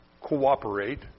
cooperate